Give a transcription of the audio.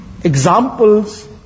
examples